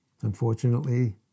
Unfortunately